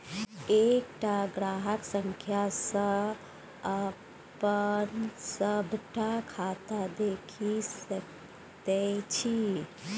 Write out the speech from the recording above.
एकटा ग्राहक संख्या सँ अपन सभटा खाता देखि सकैत छी